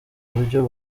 buryo